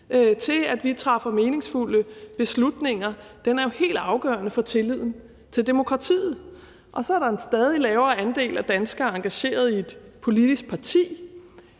til, at vi træffer meningsfulde beslutninger, er jo helt afgørende for tilliden til demokratiet. Og så er der en stadig lavere andel af danskere, der er engageret i et politisk parti,